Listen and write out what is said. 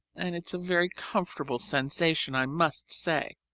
and it's a very comfortable sensation. i must say,